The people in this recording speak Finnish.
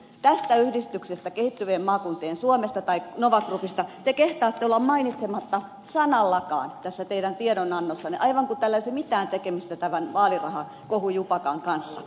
tästä yhdistyksestä kehittyvien maakuntien suomesta tai nova groupista te kehtaatte olla mainitsematta sanallakaan tässä teidän tiedonannossanne aivan kuin tällä ei olisi mitään tekemistä tämän vaalirahakohujupakan kanssa